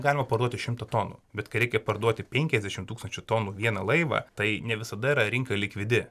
galima parduoti šimtą tonų bet kai reikia parduoti penkiasdešimt tūkstančių tonų vieną laivą tai ne visada yra rinka likvidi